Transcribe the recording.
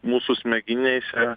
mūsų smegeneise